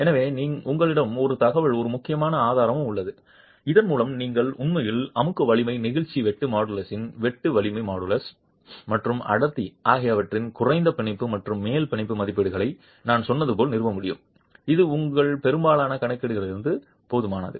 எனவே உங்களிடம் ஒரு தகவல் ஒரு முக்கியமான ஆதாரம் உள்ளது இதன் மூலம் நீங்கள் உண்மையில் அமுக்க வலிமை நெகிழ்ச்சி வெட்டு மாடுலஸின் வெட்டு வலிமை மாடுலஸ் மற்றும் அடர்த்தி ஆகியவற்றின் குறைந்த பிணைப்பு மற்றும் மேல் பிணைப்பு மதிப்பீடுகளை நான் சொன்னது போல் நிறுவ முடியும் இது உங்கள் பெரும்பாலான கணக்கீடுகளிலிருந்து போதுமானது